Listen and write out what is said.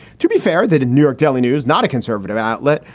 to be fair that a new york daily news, not a conservative outlet,